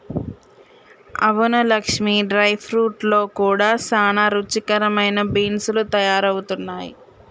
అవును Lakshmi dry fruits లో కూడా సానా రుచికరమైన బీన్స్ లు తయారవుతున్నాయి